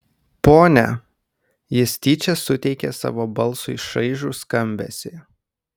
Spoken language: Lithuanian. ponia jis tyčia suteikė savo balsui šaižų skambesį